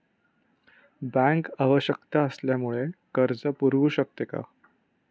Bank आवश्यकता असल्यावर कर्ज पुरवू शकते का?